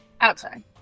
Outside